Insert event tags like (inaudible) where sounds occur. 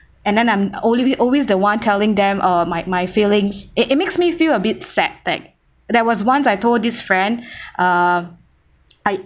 and then I'm only be always the one telling them uh my my feelings it it makes me feel a bit sad that there was once I told this friend (breath) uh